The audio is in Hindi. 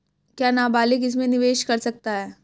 क्या नाबालिग इसमें निवेश कर सकता है?